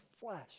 flesh